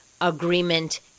agreement